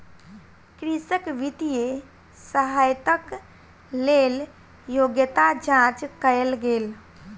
कृषक वित्तीय सहायताक लेल योग्यता जांच कयल गेल